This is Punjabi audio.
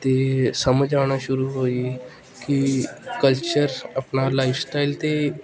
ਤਾਂ ਸਮਝ ਆਉਣਾ ਸ਼ੁਰੂ ਹੋਈ ਕਿ ਕਲਚਰ ਆਪਣਾ ਲਾਈਫ ਸਟਾਈਲ ਅਤੇ